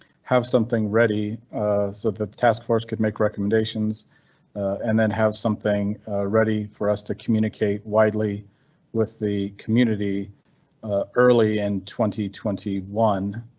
have something ready so the task force could make recommendations and then have something ready for us to communicate widely with the community ah early and twenty twenty one